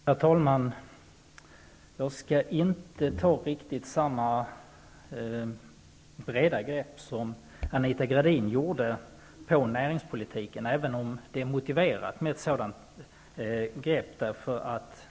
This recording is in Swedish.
Herr talman! Jag skall inte ta riktigt samma breda grepp på näringspolitiken som Anita Gradin gjorde, även om det är motiverat.